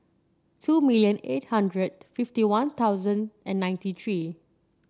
two million eight hundred fifty One Thousand and ninety three